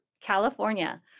California